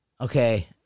Okay